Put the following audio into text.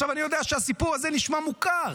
אני יודע שהסיפור הזה נשמע מוכר,